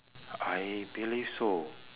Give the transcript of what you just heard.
I believe so